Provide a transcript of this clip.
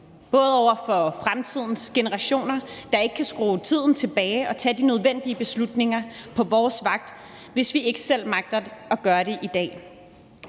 over for fremtidens generationer – der ikke kan skrue tiden tilbage og tage de nødvendige beslutninger på vores vagt – hvis vi ikke selv magter at gøre det i dag.